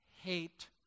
hate